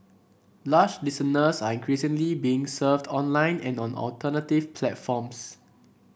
lush listeners are increasingly being served online and on alternative platforms